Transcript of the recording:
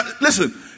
listen